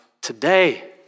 today